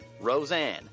Roseanne